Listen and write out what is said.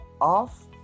off